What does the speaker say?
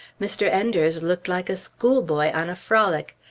mr. enders looked like a schoolboy on a frolic,